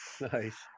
Nice